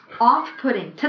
off-putting